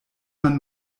man